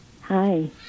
Hi